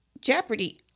Jeopardy